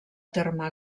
terme